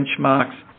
benchmarks